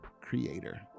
creator